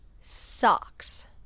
Socks